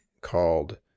called